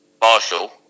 Marshall